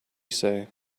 say